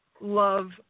love